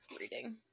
reading